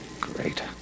Great